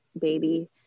baby